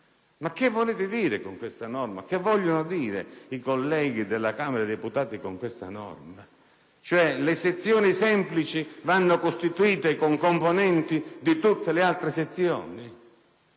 Che volete dire e cosa vogliono dire i colleghi della Camera dei deputati con questa norma? Forse che le sezioni semplici vanno costituite con componenti di tutte le altre sezioni?